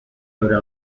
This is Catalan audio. haurà